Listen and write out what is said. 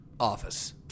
Office